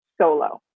solo